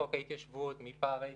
מחוק ההתיישבות, מפערי תיווך,